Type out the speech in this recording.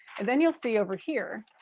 and then you'll see over here.